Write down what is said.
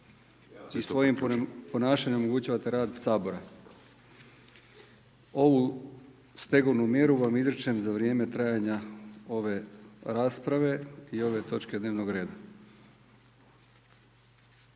I svojim ponašanjem onemogućavate rad Sabora. Ovu stegovnu mjeru vam izričem za vrijeme trajanja ove rasprave i ove točke dnevnog reda.